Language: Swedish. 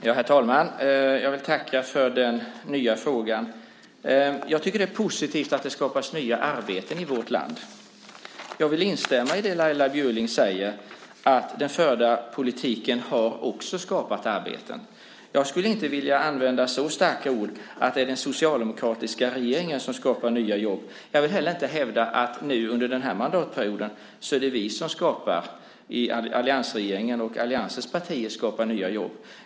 Herr talman! Jag vill tacka för den nya frågan. Jag tycker att det är positivt att det skapas nya arbeten i vårt land. Jag vill instämma i det Laila Bjurling säger om att den förda politiken också har skapat arbeten. Jag skulle inte vilja använda så starka ord som att det är den socialdemokratiska regeringen som har skapat dessa nya jobb. Jag vill heller inte hävda att det nu under denna mandatperiod är vi i alliansens partier och alliansregeringen som skapar nya jobb.